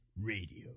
radio